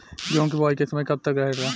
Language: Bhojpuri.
गेहूँ के बुवाई के समय कब तक रहेला?